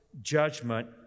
judgment